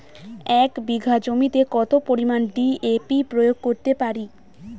এক বিঘা জমিতে কত পরিমান ডি.এ.পি প্রয়োগ করতে পারি?